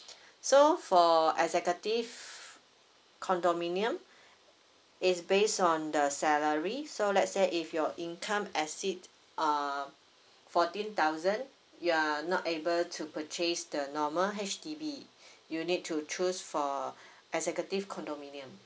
so for executive condominium it's based on the salary so let's say if your income exceed uh fourteen thousand you're not able to purchase the normal H_D_B you need to choose for executive condominium